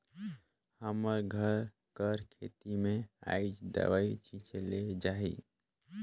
हमर घर कर खेत में आएज दवई छींचे ले जाही